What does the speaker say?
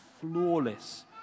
flawless